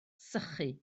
sychu